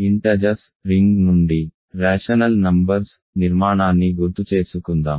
పూర్ణాంకాల రింగ్ నుండి రేషనల్ సంఖ్యల నిర్మాణాన్ని గుర్తుచేసుకుందాం